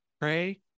Pray